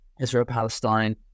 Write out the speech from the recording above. Israel-Palestine